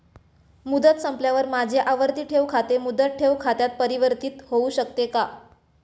मुदत संपल्यावर माझे आवर्ती ठेव खाते मुदत ठेव खात्यात परिवर्तीत होऊ शकते का?